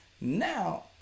Now